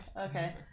Okay